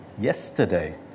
Yesterday